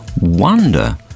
wonder